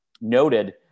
noted